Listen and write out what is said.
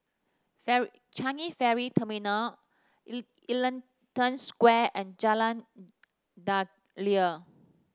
Changi Ferry Terminal Ellington Square and Jalan Daliah